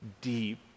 deep